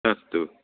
अस्तु